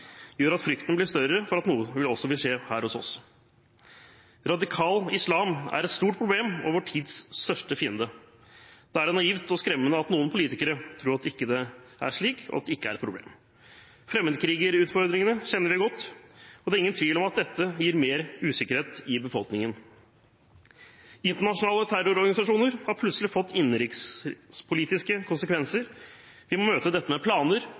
gjør at frykten blir større for at noe vil skje også her hos oss. Radikal islam er et stort problem og vår tids største fiende. Da er det naivt og skremmende at noen politikere tror at det ikke er slik, og at det ikke er et problem. Fremmedkrigerutfordringene kjenner vi godt, og det er ingen tvil om at dette gir mer usikkerhet i befolkningen. Internasjonale terrororganisasjoner har plutselig fått innenrikspolitiske konsekvenser. Vi må møte dette med planer,